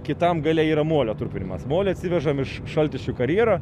kitam gale yra molio trupinimas molį atsivežam iš šaltiškių karjero